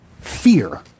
fear